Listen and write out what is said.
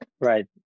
Right